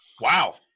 Wow